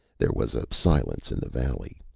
there was a silence in the valley.